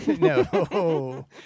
No